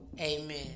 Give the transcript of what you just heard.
Amen